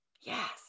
Yes